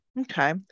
Okay